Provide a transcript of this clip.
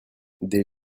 des